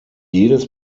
jedes